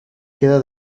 queda